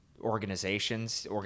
organizations